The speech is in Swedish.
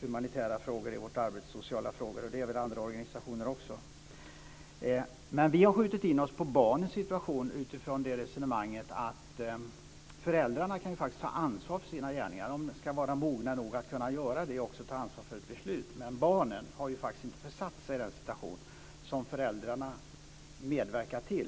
humanitära och sociala frågor i vårt arbete. Det är väl andra organisationer också. Vi har skjutit in oss på barnens situation utifrån det resonemanget att föräldrarna kan ta ansvar för sina gärningar, att de ska vara mogna nog att kunna göra det, och också ta ansvar för ett beslut. Men barnen har ju inte försatt sig i den situation som föräldrarna har medverkat till.